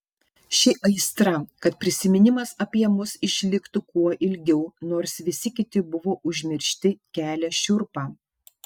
ši aistra kad prisiminimas apie mus išliktų kuo ilgiau nors visi kiti buvo užmiršti kelia šiurpą